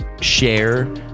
share